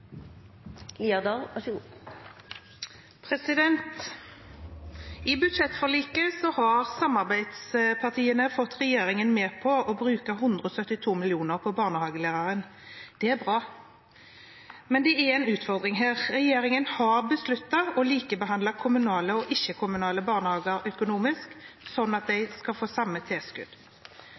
tiden løper, så jeg avslutter der. Det blir replikkordskifte. I budsjettforliket har samarbeidspartiene fått regjeringen med på å bruke 172 mill. kr på barnehagelærere. Det er bra. Men det er en utfordring her. Regjeringen har besluttet å likebehandle kommunale og ikke-kommunale barnehager økonomisk, sånn at de skal få samme tilskudd.